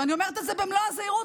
ואני אומרת את זה במלוא הזהירות,